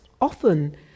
often